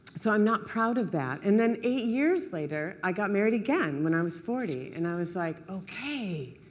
so i'm not proud of that. and then eight years later, i got married again, when i was forty, and i was like, ok,